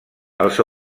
els